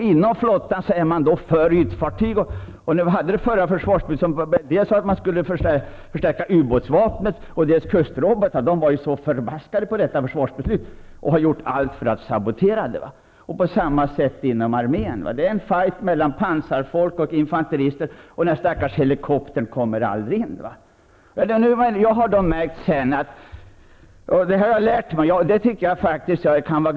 Inom flottan är man för ytfartyg, eller för ubåtar. Vid det förra försvarsbeslutet ville vi dels förstärka ubåtsvapnet, dels kustrobotarna. Inom flottan var man många irriterade över detta försvarsbeslut och har gjort åtskilligt för att sabotera det. På samma sätt är det inom armén. Det är en fight mellan pansarfolk och infanterister, och den stackars helikoptern kommer aldrig in. Det här har jag lärt mig, och det kan jag vara tacksam för.